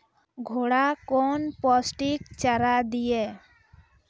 घोड़ा कौन पोस्टिक चारा दिए?